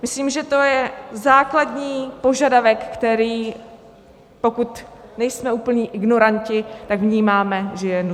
Myslím, že to je základní požadavek, který, pokud nejsme úplní ignoranti, tak vnímáme, že je nutný.